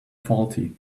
faulty